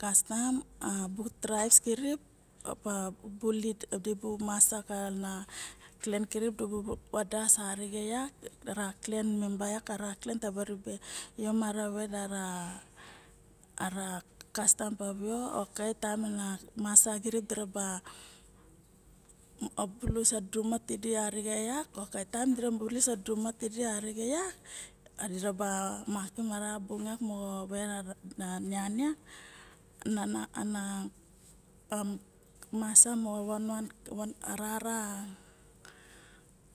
Kastam mabu traibs kirip opa bulid dibu masa kana clen kirip dibu wadas arixe yak. Ara clen memba yak clem taba ribe yo mara vet ara kastam pavio mana masa kirip diraba bulus a duduxuma di arixen yak okay taem di bulus a duduxuma ti xirip arixen yak ma diraba makim ara bung yar moxo vera nian yak nana masa moxo wanwan a